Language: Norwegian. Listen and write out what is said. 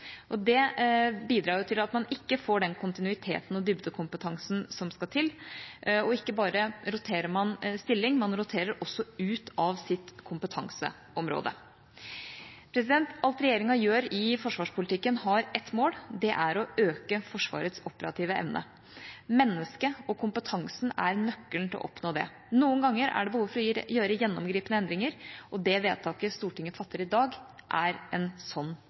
Det bidrar jo til at man ikke får den kontinuiteten og dybdekompetansen som skal til – og ikke bare roterer man stilling, man roterer også ut av sitt kompetanseområde. Alt regjeringa gjør i forsvarspolitikken har ett mål: Det er å øke Forsvarets operative evne. Mennesket og kompetansen er nøkkelen til å oppnå det. Noen ganger er det behov for å gjøre gjennomgripende endringer, og det vedtaket Stortinget fatter i dag, er en sånn